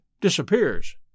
disappears